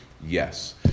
Yes